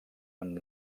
amb